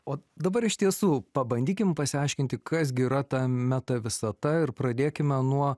o dabar iš tiesų pabandykim pasiaiškinti kas gi yra ta meta visata ir pradėkime nuo